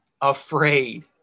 afraid